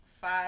five